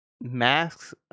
Masks